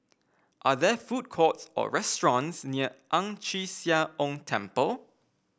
are there food courts or restaurants near Ang Chee Sia Ong Temple